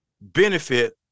benefit